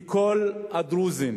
כי כל הדרוזים